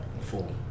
full